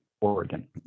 Oregon